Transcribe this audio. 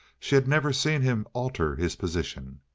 she had never see him alter his position.